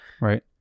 right